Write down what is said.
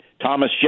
Thomas